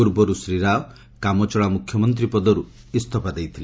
ପୂର୍ବରୁ ଶ୍ରୀ ରାଓ କାମଚଳା ମୁଖ୍ୟମନ୍ତ୍ରୀ ପଦରୁ ଇସ୍ତଫା ଦେଇଥିଲେ